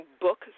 book